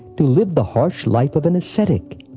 to live the harsh life of an ascetic!